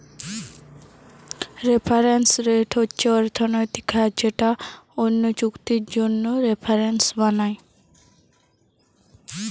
reference rate হচ্ছে অর্থনৈতিক হার যেটা অন্য চুক্তির জন্যে রেফারেন্স বানায়